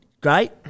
great